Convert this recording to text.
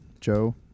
Joe